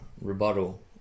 rebuttal